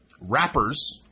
Rappers